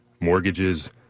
Mortgages